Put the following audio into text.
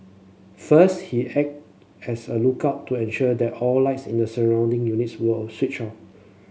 first he acted as a lookout to ensure that all lights in the surrounding units were switched off